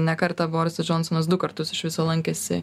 ne kartą borisas džonsonas du kartus iš viso lankėsi